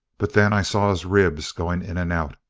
but then i saw his ribs going in and out.